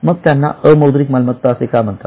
मग त्यांना अमौद्रिक मालमत्ता असे का म्हणतात